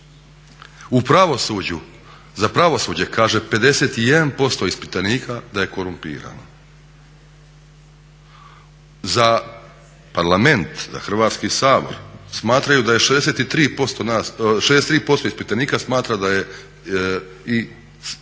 U pravosuđu, za pravosuđe kaže 51% ispitanika da je korumpirano. Za Parlament, za Hrvatski sabor 63% ispitanika smatra da postoji